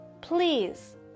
Please